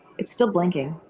it's still blinking.